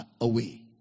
away